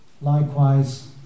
likewise